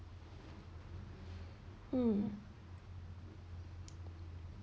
mm